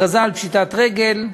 על פשיטת רגל,